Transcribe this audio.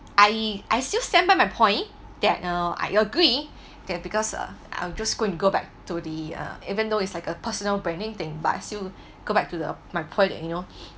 I I still stand by my point that uh I agree that's because uh I'm just go and go back to the uh even though it's like a personal branding thing but still go back to the my point you know